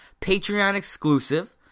Patreon-exclusive